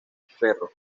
ferro